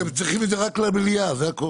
לא, הם צריכים את זה רק למליאה, זה הכול.